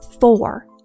Four